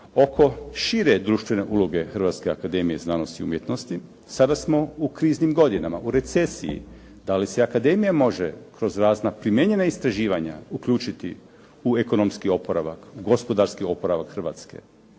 oko šire društvene uloge Hrvatske akademije znanosti i umjetnosti. Sada smo u kriznim godinama, u recesiji. Da li se akademija može kroz razna primijenjena istraživanja uključiti u ekonomski oporavak, gospodarski oporavak Hrvatske